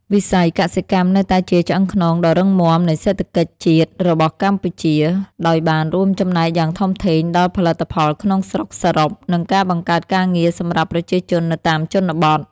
វិស័យកសិកម្មនៅតែជាឆ្អឹងខ្នងដ៏រឹងមាំនៃសេដ្ឋកិច្ចជាតិរបស់កម្ពុជា ដោយបានរួមចំណែកយ៉ាងធំធេងដល់ផលិតផលក្នុងស្រុកសរុប និងការបង្កើតការងារសម្រាប់ប្រជាជននៅតាមជនបទ។